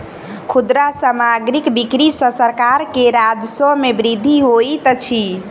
खुदरा सामग्रीक बिक्री सॅ सरकार के राजस्व मे वृद्धि होइत अछि